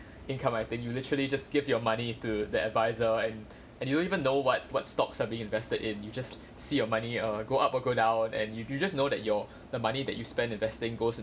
income I think you literally just give your money to the advisor and and you don't even know what what stocks are being invested in you just see your money err go up or go down and you you just know that your the money that you spent investing goes